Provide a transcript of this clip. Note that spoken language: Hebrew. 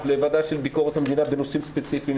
לוועדת ביקורת המדינה בנושאים ספציפיים,